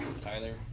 Tyler